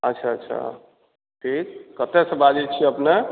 अच्छा अच्छा ठीक कतऽ सऽ बाजै छियै अपने